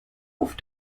auf